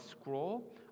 scroll